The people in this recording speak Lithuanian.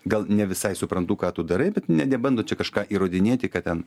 gal ne visai suprantu ką tu darai bet nė nebando čia kažką įrodinėti kad ten